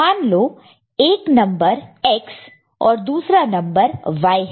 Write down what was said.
मान लो एक नंबर X और दूसरा नंबर Y है